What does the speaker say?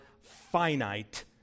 finite